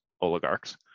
oligarchs